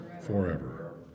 forever